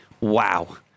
wow